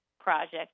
project